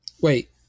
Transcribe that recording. Wait